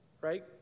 right